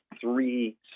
three